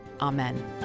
Amen